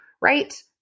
right